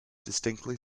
distinctly